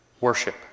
worship